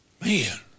Man